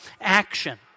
action